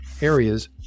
areas